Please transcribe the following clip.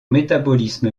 métabolisme